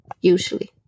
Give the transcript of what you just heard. usually